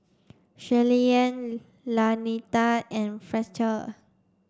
Shirleyann Lanita and Fletcher